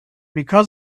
because